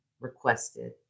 requested